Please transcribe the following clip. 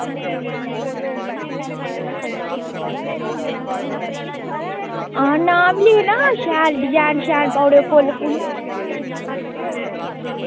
आं नांऽ बी लिखना ते शैल डिजाईन पाई ओड़ेओ फुल्ल